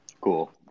Cool